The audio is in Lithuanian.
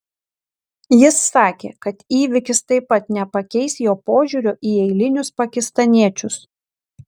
jis sakė kad įvykis taip pat nepakeis jo požiūrio į eilinius pakistaniečius